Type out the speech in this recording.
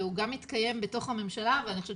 הוא גם מתקיים בתוך הממשלה ואני חושבת